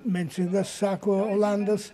mensingas sako olandas